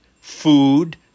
food